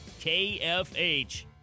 KFH